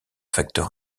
facteur